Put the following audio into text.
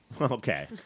Okay